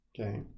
Okay